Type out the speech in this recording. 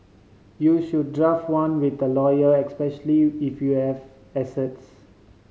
you should draft one with a lawyer especially if you have assets